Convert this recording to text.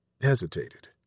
hesitated